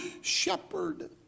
shepherd